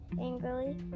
angrily